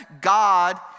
God